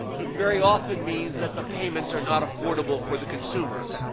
it very often means that the payments are not affordable for the consumer.